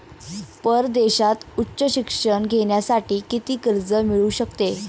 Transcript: परदेशात उच्च शिक्षण घेण्यासाठी किती कर्ज मिळू शकते?